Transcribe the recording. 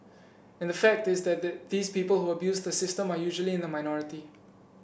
and the fact is that the these people who abuse the system are usually in the minority